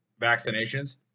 vaccinations